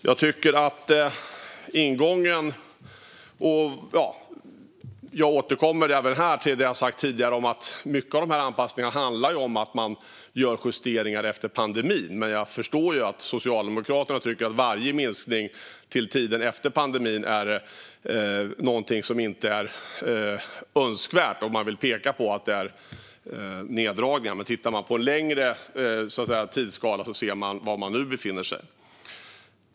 Även här återkommer jag till det som jag har sagt om att mycket av dessa anpassningar handlar om att man gör justeringar efter pandemin. Men jag förstår att Socialdemokraterna tycker att varje minskning tiden efter pandemin inte är önskvärd, och de pekar på att det är fråga om neddragningar. Men om man tittar på en längre tidsskala ser man var vi nu befinner oss.